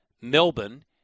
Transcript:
Melbourne